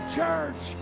church